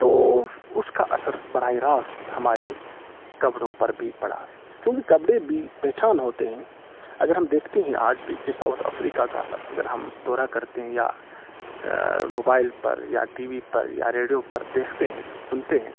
تو اس کا اثر براہ راست ہمارے کپڑوں پر بھی پڑا کیونکہ کپڑے بھی پہچان ہوتے ہیں اگر ہم دیکھتے ہیں آج بھی کہ ساؤتھ افریقہ کا اگر ہم دورہ کرتے ہیں یا موبائل پر یا ٹی بی پر یا ریڈیو پر دیکھتے ہیں سنتے ہیں